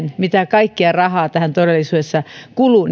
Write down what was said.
mitä kaikkea rahaa niiden ylläpitämiseen todellisuudessa kuluu